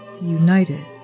united